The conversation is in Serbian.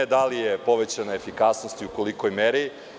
Da li je povećana efikasnost i u kolikoj meri?